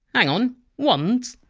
hang on wands?